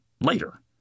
Later